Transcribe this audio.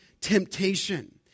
temptation